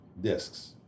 discs